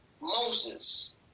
Moses